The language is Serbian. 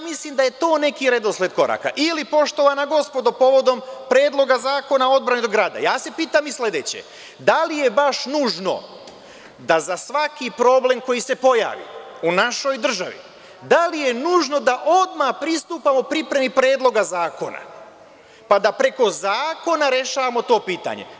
Mislim, da je to neki redosled koraka ili poštovana gospodo, povodom Predloga zakona o odbrani od grada, ja se pitam i sledeće – da li je baš nužno da za svaki problem koji se pojavi u našoj državi, da li je nužno da odmah pristupamo pripremi Predloga zakona pa da preko zakona rešavamo to pitanje.